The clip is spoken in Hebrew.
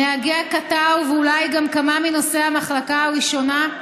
נהגי הקטר, ואולי גם כמה מנוסעי המחלקה הראשונה,